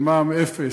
על מע"מ אפס,